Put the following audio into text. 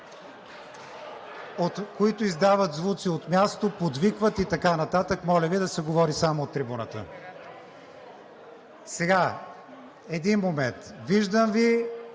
които издават звуци от място, подвикват и така нататък. Моля Ви да се говори само от трибуната. Един момент! Виждам Ви,